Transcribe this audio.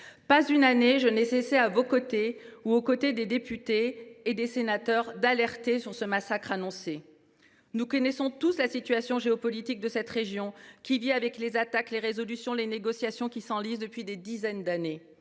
pas une année je n’ai cessé, à vos côtés ou aux côtés des députés et des sénateurs, d’alerter sur ce massacre annoncé. Nous connaissons tous la situation géopolitique de cette région, qui vit avec les attaques, les résolutions et des négociations qui s’enlisent depuis des dizaines d’années.